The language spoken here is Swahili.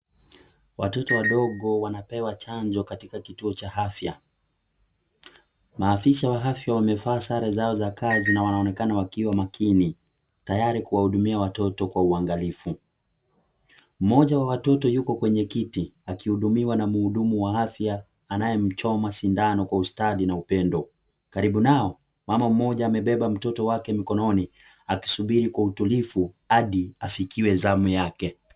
Watoto wadogo wanapewa chanjo katika kituocha afya. Maafisa wa afya wamevaa sare zao za kazi na wanaonekana wakiwa makini, tayari kuwahudumia watoto kwa uangalifu. Mmoja wa watoto yuko kwenye kiti akihudumiwa na mhudumu wa afya, anayemchoma sindano kwa ustadi na upendo. Karibu nao mama mmoja amebeba mtoto wake mikononi akisubiri kwa utulivu hadi afikiwe zamu yake.